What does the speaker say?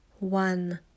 One